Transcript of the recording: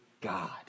God